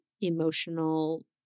Emotional